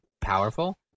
powerful